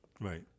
Right